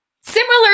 similar